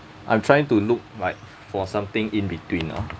I'm trying to look like for something in between ah